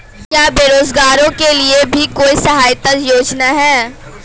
क्या बेरोजगारों के लिए भी कोई सहायता योजना है?